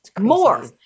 More